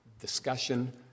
discussion